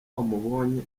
wamubonye